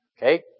Okay